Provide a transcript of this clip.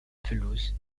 pelouse